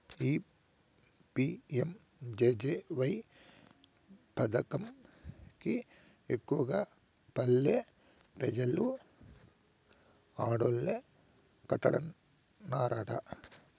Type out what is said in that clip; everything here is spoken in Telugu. ఈ పి.యం.జె.జె.వై పదకం కి ఎక్కువగా పల్లె పెజలు ఆడోల్లే కట్టన్నారట